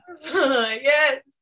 yes